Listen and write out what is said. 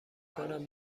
کنم